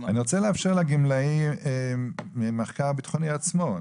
אני רוצה לאפשר לגמלאים ממחקר ביטחוני עצמו.